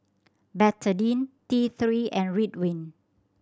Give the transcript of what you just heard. Betadine T Three and Ridwind